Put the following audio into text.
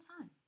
time